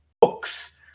books